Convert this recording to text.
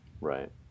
Right